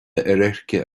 oirirce